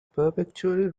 perpetually